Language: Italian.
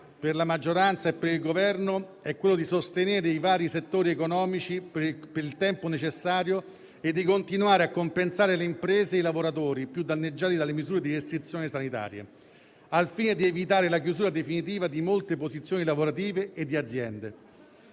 per la maggioranza e il Governo è quella di sostenere i vari settori economici per il tempo necessario e di continuare a compensare le imprese e i lavoratori più danneggiati dalle misure di restrizione sanitarie, al fine di evitare la chiusura definitiva di molte posizioni lavorative e di aziende.